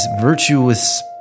virtuous